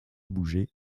bouger